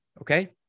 Okay